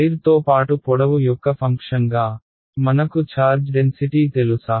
వైర్తో పాటు పొడవు యొక్క ఫంక్షన్గా మనకు ఛార్జ్ డెన్సిటీ తెలుసా